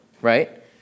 right